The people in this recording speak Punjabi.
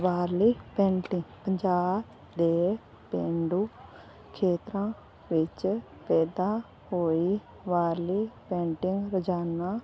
ਵਾਰਲੀ ਪੇਂਟਿੰਗ ਪੰਜਾਬ ਦੇ ਪੇਂਡੂ ਖੇਤਰਾਂ ਵਿੱਚ ਪੈਦਾ ਹੋਈ ਵਾਰਲੀ ਪੇਂਟਿੰਗ ਰੋਜ਼ਾਨਾ